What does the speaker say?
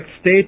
state